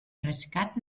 rescat